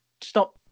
stop